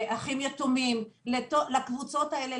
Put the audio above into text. אחים יתומים לקבוצות האלה,